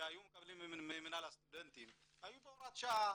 שהיו מקבלים ממינהל הסטודנטים היו בהוראת שעה,